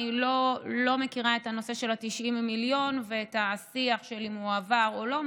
אני לא מכירה את הנושא של ה-90 מיליון ואת השיח של אם הוא עבר או לא.